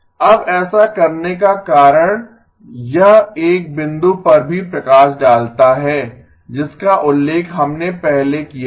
अब ऐसा करने का कारण यह एक बिंदु पर भी प्रकाश डालता है जिसका उल्लेख हमने पहले किया था